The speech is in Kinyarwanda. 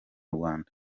rwanda